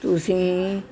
ਤੁਸੀਂ